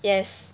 yes